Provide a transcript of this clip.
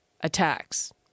attacks